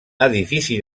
edifici